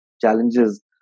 challenges